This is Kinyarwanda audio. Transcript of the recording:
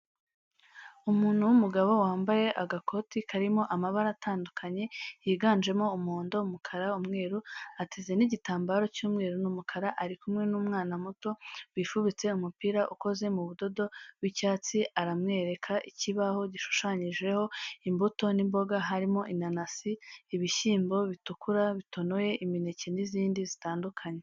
Umuntu w'umugabo wambaye agakoti karimo amabara atandukanye, yiganjemo umuhondo, umukara, umweru, ateze n'igitambaro cy'umweru n'umukara ari kumwe n'umwana muto wifubitse umupira ukoze mu budodo w'icyatsi aramwereka, ikibaho gishushanyijeho imbuto n'imboga harimo inanasi, ibishyimbo bitukura bitonoye imineke n'izindi zitandukanye.